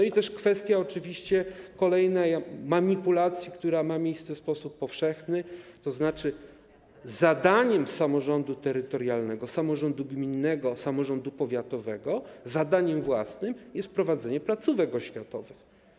I też kwestia kolejnej manipulacji, która ma miejsce w sposób powszechny, tzn. zadaniem samorządu terytorialnego, samorządu gminnego, samorządu powiatowego, zadaniem własnym, jest prowadzenie placówek oświatowych.